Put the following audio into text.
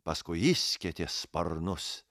paskui išskėtė sparnus